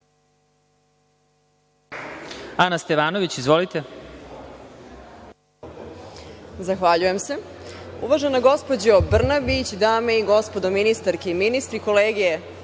**Ana Stevanović** Zahvaljujem se. Uvažena gospođo Brnabić, dame i gospodo ministarke i ministri, kolege